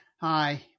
Hi